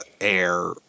Air